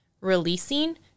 releasing